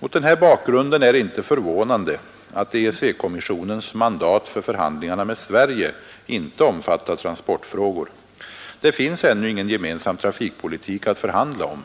Mot den här bakgrunden är det inte förvånande att EEC-kommissionens mandat för förhandlingarna med Sverige inte omfattar transportfrågor. Det finns ännu ingen gemensam trafikpolitik att förhandla om.